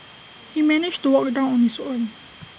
he managed to walk down on his own